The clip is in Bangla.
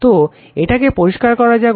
তো এটাকে পরিষ্কার করা যাক